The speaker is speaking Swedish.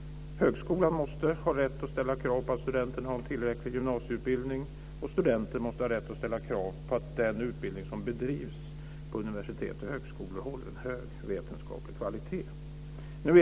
Högskolan måste ha rätt att ställa krav på att studenten har en tillräcklig gymnasieutbildning, och studenten måste ha rätt att ställa krav på att den utbildning som bedrivs på universitet och högskolor håller en hög vetenskaplig kvalitet.